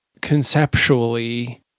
conceptually